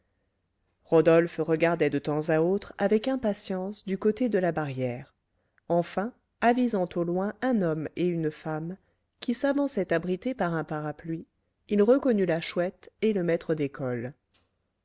rodolphe regardait de temps à autre avec impatience du côté de la barrière enfin avisant au loin un homme et une femme qui s'avançaient abrités par un parapluie il reconnut la chouette et le maître d'école